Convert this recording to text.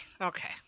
okay